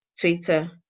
Twitter